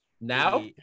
Now